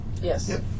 Yes